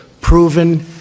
proven